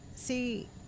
see